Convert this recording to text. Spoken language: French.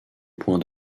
point